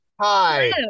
Hi